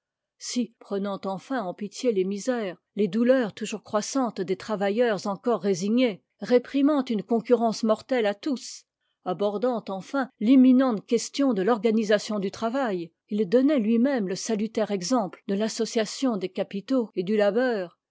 si prenant enfin en pitié les misères les douleurs toujours croissantes des travailleurs encore résignés réprimant une concurrence mortelle à tous abordant enfin l'imminente question de l'organisation du travail il donnait lui-même le salutaire exemple de l'association des capitaux et du labeur